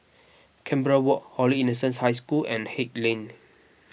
Canberra Walk Holy Innocents' High School and Haig Lane